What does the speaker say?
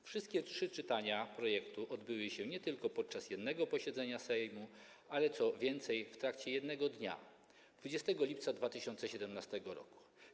Wszystkie trzy czytania projektu odbyły się nie tylko podczas jednego posiedzenia Sejmu, ale nawet w trakcie jednego dnia, 20 lipca 2017 r.